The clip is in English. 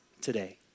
today